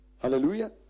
Hallelujah